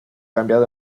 cambiado